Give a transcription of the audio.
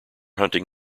hunting